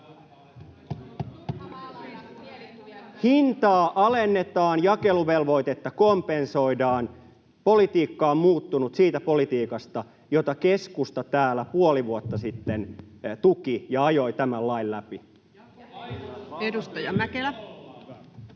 Hintaa alennetaan ja jakeluvelvoitetta kompensoidaan — politiikka on muuttunut siitä politiikasta, jota keskusta täällä puoli vuotta sitten tuki, kun ajoi tämän lain läpi. [Speech